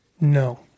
No